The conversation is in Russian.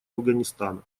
афганистана